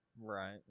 Right